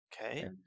Okay